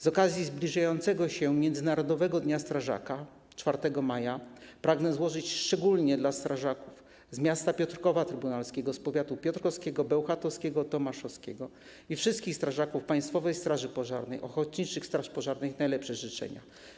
Z okazji zbliżającego się Międzynarodowego Dnia Strażaka, 4 maja, pragnę złożyć szczególnie strażakom z Piotrkowa Trybunalskiego, z powiatów piotrkowskiego, bełchatowskiego, tomaszowskiego, a także wszystkim strażakom Państwowej Straży Pożarnej, ochotniczych straży pożarnych najlepsze życzenia.